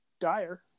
dire